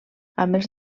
els